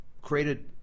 created